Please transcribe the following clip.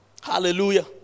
Hallelujah